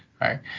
right